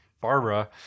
Barbara